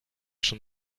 schon